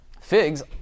figs